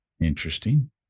Interesting